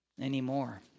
anymore